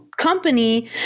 company